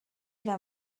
era